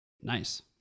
Nice